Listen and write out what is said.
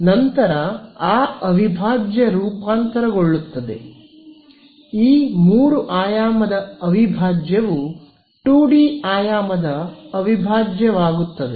ಆದ್ದರಿಂದ ನಂತರ ಆ ಅವಿಭಾಜ್ಯ ರೂಪಾಂತರಗೊಳ್ಳುತ್ತದೆ ಈ ಮೂರು ಆಯಾಮದ ಅವಿಭಾಜ್ಯವು 2 ಡಿ ಆಯಾಮದ ಅವಿಭಾಜ್ಯವಾಗುತ್ತದೆ